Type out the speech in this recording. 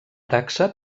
taxa